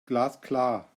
glasklar